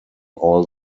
all